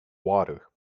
water